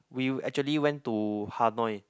we actually went to Hanoi